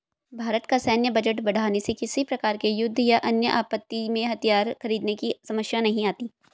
भारत का सैन्य बजट बढ़ाने से किसी प्रकार के युद्ध या अन्य आपत्ति में हथियार खरीदने की समस्या नहीं आती